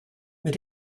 mit